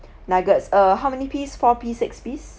nuggets err how many piece four piece six piece